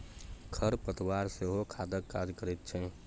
खर पतवार सेहो खादक काज करैत छै